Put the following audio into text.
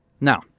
Now